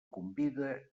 convida